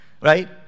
right